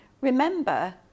remember